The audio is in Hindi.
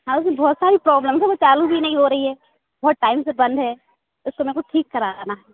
हाँ उसमें बहुत सारी प्रॉब्लम है वह चालु भी नहीं हो रही है बहुत टाइम से बंद है उसको मेरे को ठीक कराना है